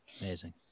Amazing